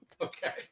Okay